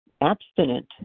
abstinent